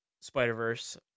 Spider-Verse